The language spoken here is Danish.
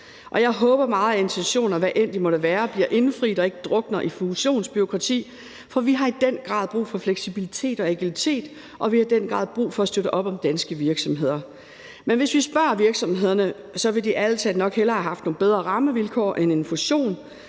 Jeg håber meget, at intentioner, hvad end de måtte være, bliver indfriet og ikke drukner i fusionsbureaukrati, for vi har i den grad brug for fleksibilitet og egalitet, og vi har i den grad brug for at støtte op om danske virksomheder. Men hvis vi spørger virksomhederne, vil de ærlig talt nok hellere have haft nogle bedre rammevilkår end en fusion.